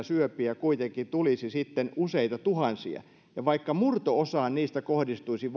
syöpiä kuitenkin tulisi sitten useita tuhansia ja vaikka vain murto osaan niistä kohdistuisi